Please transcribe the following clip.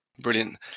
Brilliant